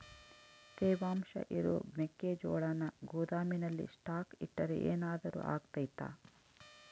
ತೇವಾಂಶ ಇರೋ ಮೆಕ್ಕೆಜೋಳನ ಗೋದಾಮಿನಲ್ಲಿ ಸ್ಟಾಕ್ ಇಟ್ರೆ ಏನಾದರೂ ಅಗ್ತೈತ?